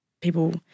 people